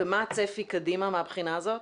מה הצפי קדימה מהבחינה הזאת?